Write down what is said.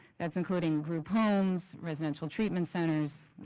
that's including group homes, residential treatment centers,